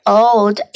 old